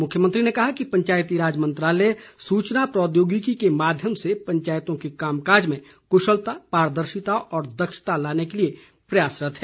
मुख्यमंत्री ने कहा कि पंचायती राज मंत्रालय सूचना प्रौद्योगिकी के माध्यम से पंचायतों के कामकाज में कुशलता पारदर्शिता व दक्षता लाने के लिए प्रयासरत है